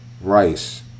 rice